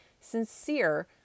sincere